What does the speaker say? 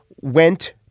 went